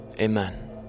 amen